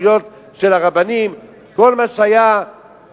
הסמכויות של הרבנים כל מה שהיה הלב